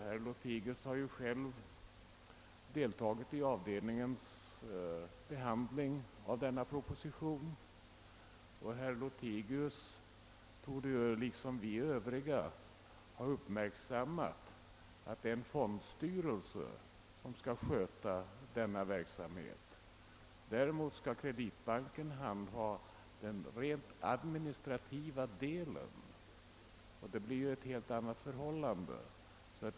Han har själv deltagit i avdelningens behandling av propositionen, och han torde liksom vi övriga ha uppmärksammat att det är en fondstyrelse som skall sköta verksamheten. Kreditbanken skall bara handha den rent administrativa delen, och det är en helt annan sak.